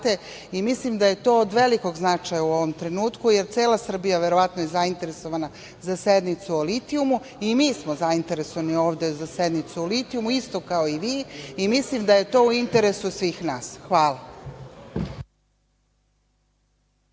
i mislim da je to od velikog značaja u ovom trenutku, jer cela Srbija verovatno je zainteresovana za sednicu o litijumu, i mi smo zainteresovani ovde za sednicu o litijumu isto kao i vi, i mislim da je to u interesu svih nas. Hvala.